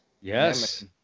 Yes